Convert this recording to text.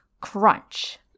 Crunch